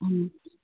ꯎꯝ